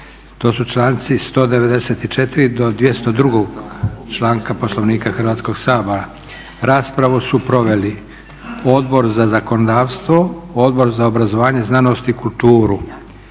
to su članci 194. do 202. Poslovnika Hrvatskog sabora. Raspravu su proveli Odbor za zakonodavstvo i Odbor za obrazovanje, znanost i kulturu.